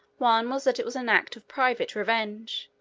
one was, that it was an act of private revenge,